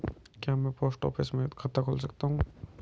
क्या मैं post office में खाता खोल सकता हूँ?